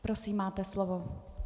Prosím, máte slovo.